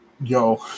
yo